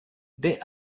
they